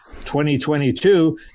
2022